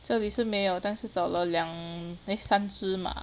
这里是没有但是找了两 eh 三只马